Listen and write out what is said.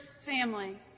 family